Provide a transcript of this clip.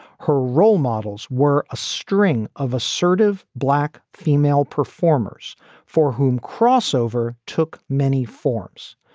her role models were a string of assertive black female performers for whom crossover took many forms.